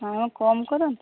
ହଁ କମ୍ କରନ୍ତୁ